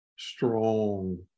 strong